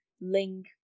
link